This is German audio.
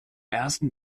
ersten